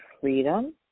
freedom